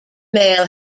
male